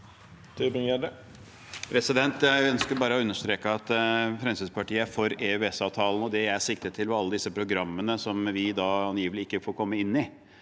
Jeg ønsker bare å understreke at Fremskrittspartiet er for EØS-avtalen, og det jeg siktet til, var alle disse programmene som vi angivelig ikke får komme inn i.